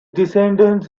descendants